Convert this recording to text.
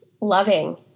loving